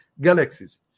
galaxies